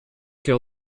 coeur